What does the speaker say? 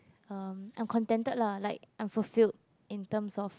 um I'm contented lah like I am fulfilled in term of